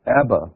Abba